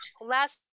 last